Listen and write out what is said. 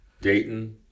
Dayton